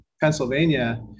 Pennsylvania